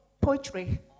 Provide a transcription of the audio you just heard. poetry